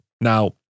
Now